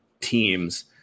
teams